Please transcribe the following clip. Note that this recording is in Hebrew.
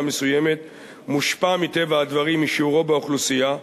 מסוימת מושפע מטבע הדברים משיעורה באוכלוסייה,